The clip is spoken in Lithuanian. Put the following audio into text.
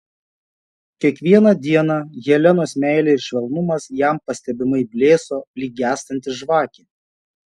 kiekvieną dieną helenos meilė ir švelnumas jam pastebimai blėso lyg gęstanti žvakė